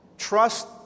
Trust